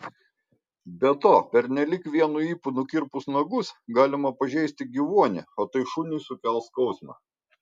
be to pernelyg vienu ypu nukirpus nagus galima pažeisti gyvuonį o tai šuniui sukels skausmą